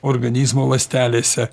organizmo ląstelėse